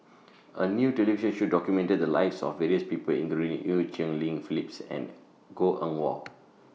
A New television Show documented The Lives of various People including EU Cheng Li Phyllis and Goh Eng Wah